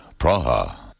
Praha